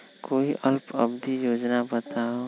कोई अल्प अवधि योजना बताऊ?